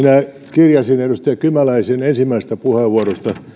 kirjasin edustaja kymäläisen ensimmäisestä puheenvuorosta